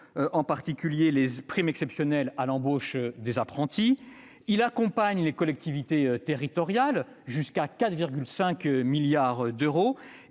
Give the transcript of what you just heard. en particulier grâce aux primes exceptionnelles à l'embauche des apprentis ; il accompagne les collectivités territoriales en prévoyant jusqu'à 4,5 milliards d'euros